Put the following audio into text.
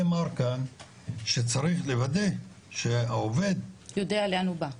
נאמר כאן שצריך לוודא שהעובד --- יודע לאן הוא בא?